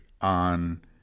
on